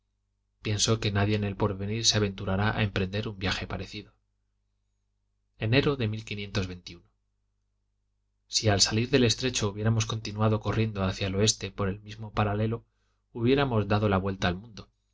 pienso que nadie en el porvenir se aventurará a emprender un viaje parecido enero de si al salir del estrecho hubiéramos continuado corriendo hacia el oeste por el mismo paralelo hubiéramos dado la vuelta al mundo